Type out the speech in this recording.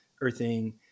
earthing